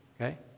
okay